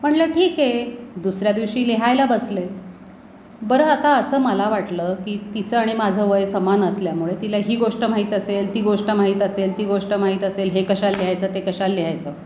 म्हणलं ठीक आहे दुसऱ्या दिवशी लिहायला बसले बरं आता असं मला वाटलं की तिचं आणि माझं वय समान असल्यामुळे तिला ही गोष्ट माहीत असेल ती गोष्ट माहीत असेल ती गोष्ट माहीत असेल हे कशाला लिहायचं ते कशाला लिहायचं